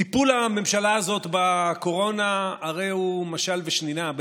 טיפול הממשלה הזאת בקורונה הרי הוא משל ושנינה.